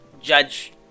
judge